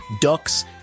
ducks